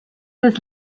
des